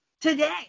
today